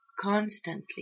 constantly